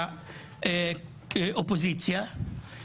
לא רק היחסים הפנימיים בתוך המדינה יהיו בסכנה חמורה.